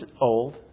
old